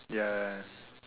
ya